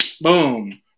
Boom